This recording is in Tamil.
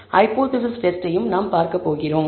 ஹைபோதேசிஸ் டெஸ்ட்டையும் நாம் பார்க்கப் போகிறோம்